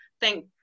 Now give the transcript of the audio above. thank